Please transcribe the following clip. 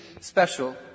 special